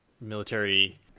military